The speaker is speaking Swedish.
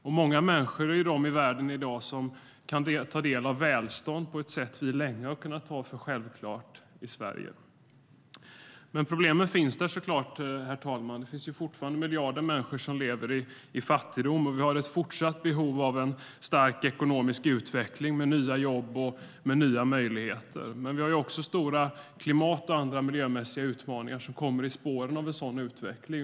Många är de människor i världen i dag som kan ta del av välstånd på ett sätt som vi i Sverige länge kunnat ta för självklart. Men problemen finns där såklart, herr talman. Fortfarande lever miljarder människor i fattigdom, och vi har ett fortsatt behov av en stark ekonomisk utveckling med nya jobb och nya möjligheter. Vi har också stora klimatutmaningar och andra miljömässiga utmaningar som kommer i spåren av en sådan utveckling.